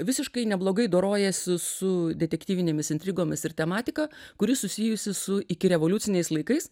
visiškai neblogai dorojasi su detektyvinėmis intrigomis ir tematika kuri susijusi su ikirevoliuciniais laikais